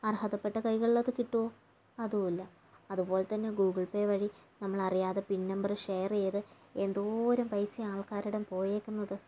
അർഹതപ്പെട്ട കൈകളിലത് കിട്ടുമോ അതുമില്ല അതുപോലെ തന്നെ ഗൂഗിൾ പേ വഴി നമ്മൾ അറിയാതെ പിൻ നമ്പർ ഷെയർ ചെയ്ത് എന്തോരം പൈസയാണ് ആൾക്കാരുടേം പോയേക്കുന്നത്